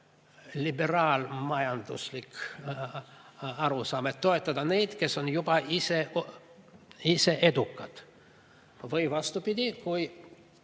liberaalmajanduslik arusaam, neid, kes on juba ise edukad? Või vastupidi, kui